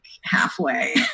halfway